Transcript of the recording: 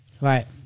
Right